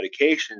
medications